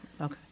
okay